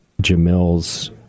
jamil's